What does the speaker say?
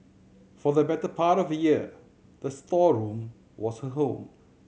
for the better part of a year the storeroom was her home